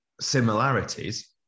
similarities